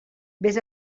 vés